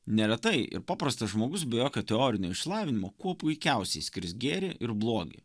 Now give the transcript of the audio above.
neretai ir paprastas žmogus be jokio teorinio išsilavinimo kuo puikiausiai skris gėrį ir blogį